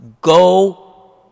Go